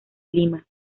lima